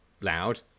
loud